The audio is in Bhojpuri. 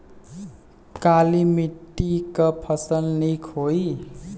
काली मिट्टी क फसल नीक होई?